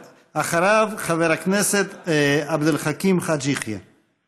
אדוני, ואחריו, חבר הכנסת עבד אל חכים חאג' יחיא.